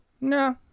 no